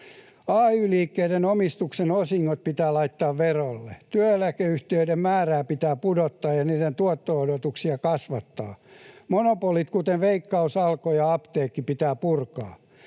Ay-liikkeen omistusten osingot pitää laittaa verolle. Työeläkeyhtiöiden määrää pitää pudottaa ja niiden tuotto-odotuksia kasvattaa. Monopolit, kuten Veikkaus, Alko ja apteekit, pitää purkaa.